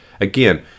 Again